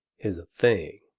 is a thing.